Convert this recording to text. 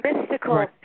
mystical